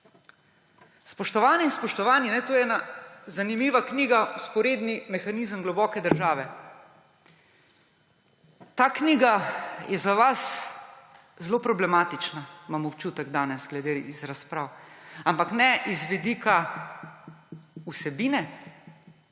Spoštovane in spoštovani, tu je ena zanimiva knjiga − Vzporedni mehanizem globoke države. Ta knjiga je za vas zelo problematična, imam občutek danes iz razprav, ampak ne z vidika vsebine,